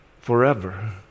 forever